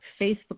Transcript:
Facebook